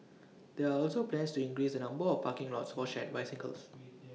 there are also plans to increase the number of parking lots for shared bicycles